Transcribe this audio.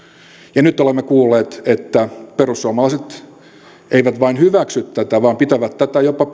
ja nyt olemme kuulleet että perussuomalaiset eivät vain hyväksy tätä vaan pitävät tätä jopa